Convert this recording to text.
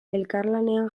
elkarlanean